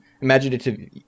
Imaginative